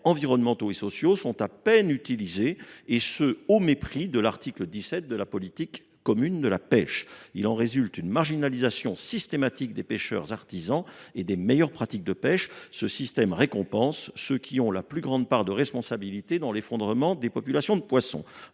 environnementaux et sociaux sont à peine utilisés, au mépris de l’article 17 du règlement européen relatif à la politique commune de la pêche. Il en résulte une marginalisation systématique des pêcheurs artisans défendant de meilleures pratiques de pêche. Ce système récompense ceux qui ont la plus grande part de responsabilité dans l’effondrement des populations de poissons.